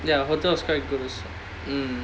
ya water was quite good also mm